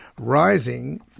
rising